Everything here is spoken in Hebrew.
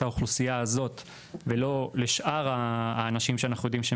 האוכלוסייה הזו ולא לשאר האנשים שאנחנו יודעים שהם